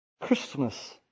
Christmas